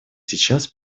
сейчас